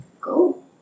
go